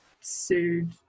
sued